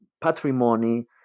patrimony